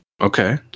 Okay